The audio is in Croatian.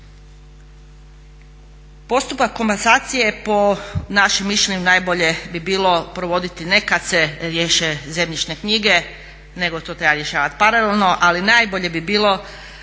Postupak komasacije je po našem mišljenju najbolje bi bilo provoditi ne kad se riješe zemljišne knjige nego to treba rješavati paralelno. Ali najbolje bi bilo